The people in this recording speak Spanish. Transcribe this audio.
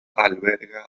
alberga